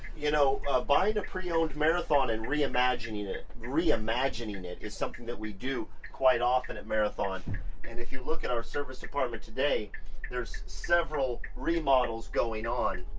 you know buying a pre-owned marathon and reimagining it. reimagining it is something that we do quite often at marathon and if you look at our service department today there's several remodels going on.